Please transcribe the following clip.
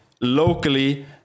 locally